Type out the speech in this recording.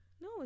No